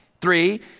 Three